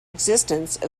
existence